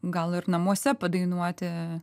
gal ir namuose padainuoti